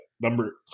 number